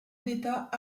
d’état